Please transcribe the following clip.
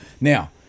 now